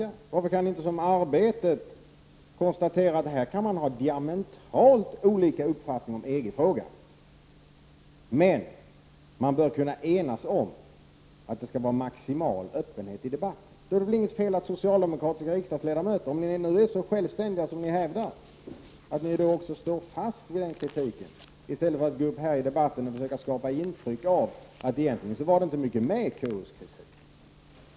Varför kan utskottsmajoriteten inte som Arbetet konstatera att man kan ha diametralt olika uppfattningar om EG-frågan men att man bör kunna enas om att det skall vara maximal öppenhet i debatten. Det är väl inget fel att socialdemokratiska riksdagsledamöter, om de är så självständiga som de hävdar, också står fast vid kritiken i stället för att gå upp i debatten och försöka skapa intryck av att det egentligen inte var så mycket med KUSs kritik.